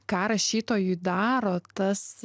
ką rašytojui daro tas